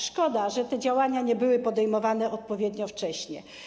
Szkoda, że te działania nie były podejmowane odpowiednio wcześnie.